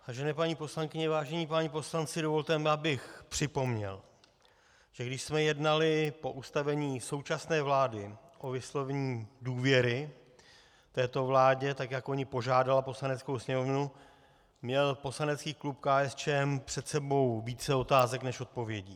Vážené paní poslankyně, vážení páni poslanci, dovolte mi, abych připomněl, že když jsme jednali po ustavení současné vlády o vyslovení důvěry této vládě, tak jak o ni požádala Poslaneckou sněmovnu, měl poslanecký klub KSČM před sebou víc otázek než odpovědí.